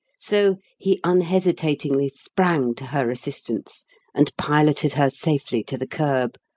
so he unhesitatingly sprang to her assistance and piloted her safely to the kerb,